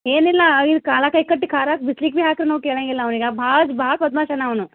ಏನಿಲ್ಲ ಅವ್ನಿದ ಕಾಲು ಕೈ ಕಟ್ಟಿ ಖಾರ ಹಾಕಿ ಬಿಸ್ಲಿಗೆ ಬಿ ಹಾಕ್ರಿ ನಾವು ಕೇಳಂಗಿಲ್ಲ ಅವ್ನಿಗೆ ಭಾಳ ಭಾಳ ಪದ್ಮಾಸನ ಅವನು